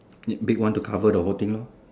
big one to cover the whole thing lor